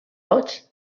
roig